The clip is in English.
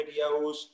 videos